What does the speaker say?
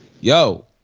Yo